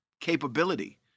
capability